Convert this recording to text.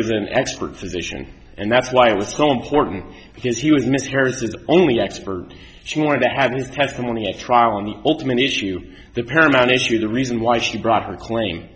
was an expert physician and that's why it was so important because he was mysteriously the only expert she wanted to have his testimony at trial and the ultimate issue the paramount issue the reason why she brought her claim